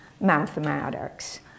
mathematics